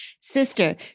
sister